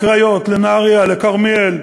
לקריות, לנהריה, לכרמיאל,